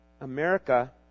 America